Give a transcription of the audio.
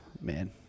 Man